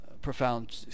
profound